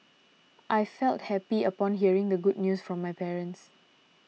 I felt happy upon hearing the good news from my parents